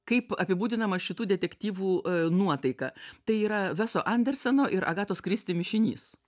kaip apibūdinama šitų detektyvų nuotaika tai yra veso anderseno ir agatos kristi mišinys